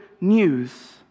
news